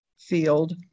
field